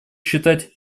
считать